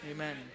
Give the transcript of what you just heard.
Amen